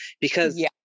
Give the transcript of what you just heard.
Because-